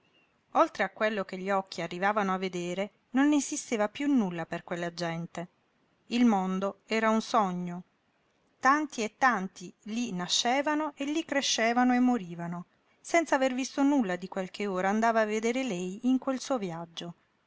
oltre a quello che gli occhi arrivavano a vedere non esisteva piú nulla per quella gente il mondo era un sogno tanti e tanti lí nascevano e lí crescevano e morivano senza aver visto nulla di quel che ora andava a veder lei in quel suo viaggio